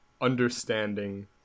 understanding